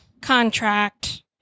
contract